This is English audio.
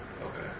Okay